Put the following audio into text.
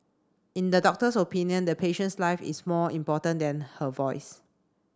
in the doctor's opinion the patient's life is more important than her voice